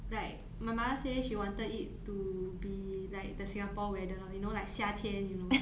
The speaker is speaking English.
like my mother say she wanted it to be like the singapore weather you know like 夏天 you know